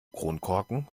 kronkorken